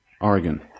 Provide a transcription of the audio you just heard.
Oregon